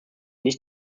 nicht